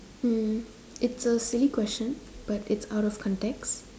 mm it's a silly question but it's out of context